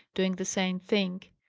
doing the same thing.